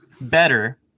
better